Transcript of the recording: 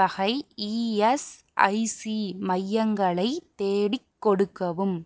வகை இஎஸ்ஐசி மையங்களை தேடிக் கொடுக்கவும்